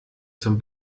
zum